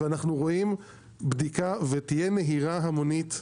אנחנו רואים בדיקה, ותהיה נהירה המונית.